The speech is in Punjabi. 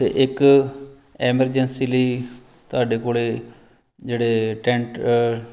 ਅਤੇ ਇੱਕ ਐਮਰਜੈਂਸੀ ਲਈ ਤੁਹਾਡੇ ਕੋਲ ਜਿਹੜੇ ਟੈਂਟ